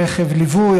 רכב ליווי,